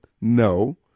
No